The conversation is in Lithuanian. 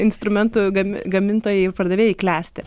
instrumentų gam gamintojai ir pardavėjai klesti